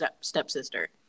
stepsister